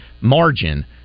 margin